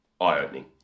eye-opening